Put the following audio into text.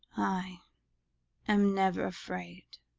i am never afraid